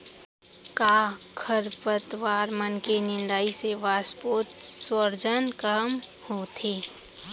का खरपतवार मन के निंदाई से वाष्पोत्सर्जन कम होथे?